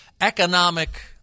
economic